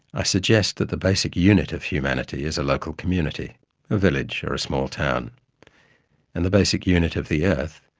i suggest that the basic unit of humanity is a local community a village or small town and the basic unit of the earth,